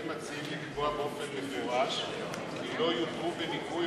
אתם מציעים לקבוע באופן מפורש כי לא יוכרו בניכוי